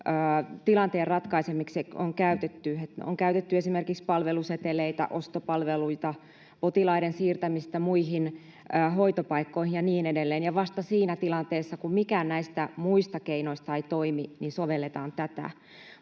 tilanteen ratkaisemiseksi on käytetty: on käytetty esimerkiksi palveluseteleitä, ostopalveluita, potilaiden siirtämistä muihin hoitopaikkoihin ja niin edelleen. Ja vasta siinä tilanteessa, kun mikään näistä muista keinoista ei toimi, sovelletaan tätä.